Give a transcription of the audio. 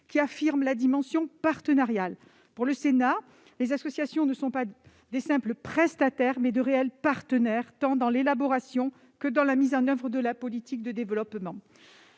en affirmant la dimension partenariale. Pour le Sénat, les associations sont non pas de simples prestataires, mais de réels partenaires, tant dans l'élaboration que dans la mise en oeuvre de la politique de développement.